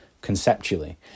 conceptually